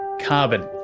carbon.